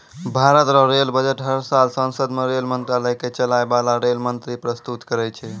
भारत रो rail budget हर साल सांसद मे रेल मंत्रालय के चलाय बाला रेल मंत्री परस्तुत करै छै